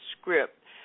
script